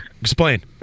explain